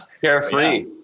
Carefree